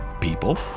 people